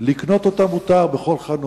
לקנות אותם מותר בכל חנות,